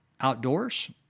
outdoors